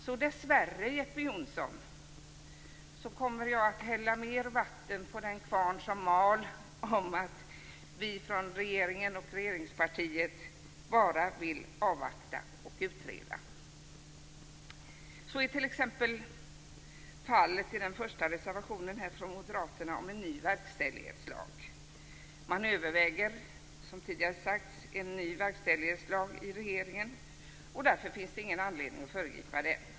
Därför kommer jag dessvärre, Jeppe Johnsson, att hälla mer vatten på den kvarn som mal om att vi från regeringen och regeringspartiet bara vill avvakta och utreda. Så är t.ex. fallet när det gäller den första reservationen från moderaterna om en ny verkställighetslag. Man överväger, som tidigare har sagts, en ny verkställighetslag i regeringen, och det finns ingen anledning att föregripa den.